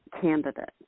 candidate